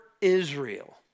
Israel